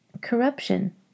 Corruption